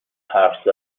حرف